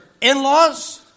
in-laws